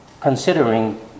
considering